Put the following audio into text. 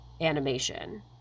animation